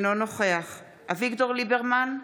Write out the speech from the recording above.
אינו נוכח אביגדור ליברמן,